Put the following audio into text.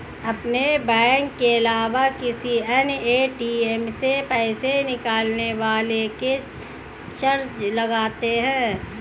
अपने बैंक के अलावा किसी अन्य ए.टी.एम से पैसे निकलवाने के चार्ज लगते हैं